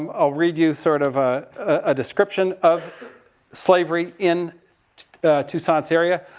um i'll read you sort of a, a description of slavery in toussaint's area.